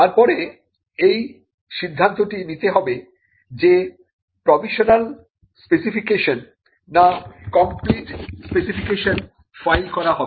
তারপরে এই সিদ্ধান্তটি নিতে হবে যে প্রভিশনাল স্পেসিফিকেশন না কমপ্লিট স্পেসিফিকেশন ফাইল করা হবে